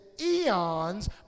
eons